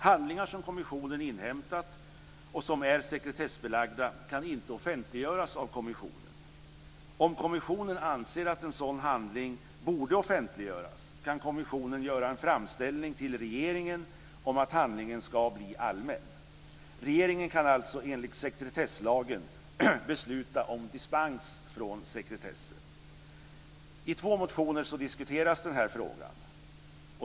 Handlingar som kommissionen inhämtat som är sekretessbelagda kan inte offentliggöras av kommissionen. Om kommissionen anser att en sådan handling borde offentliggöras kan kommissionen göra en framställning till regeringen om att handlingen ska bli allmän. Regeringen kan alltså enligt sekretesslagen besluta om dispens från sekretessen. I två motioner diskuteras denna fråga.